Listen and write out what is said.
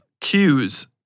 cues